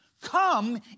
Come